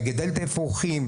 מגדל את האפרוחים,